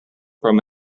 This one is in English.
from